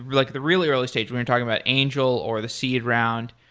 like the really early stage. we've been talking about angel or the seed round.